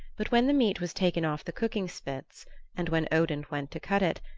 but when the meat was taken off the cooking-spits and when odin went to cut it,